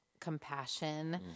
compassion